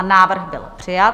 Návrh byl přijat.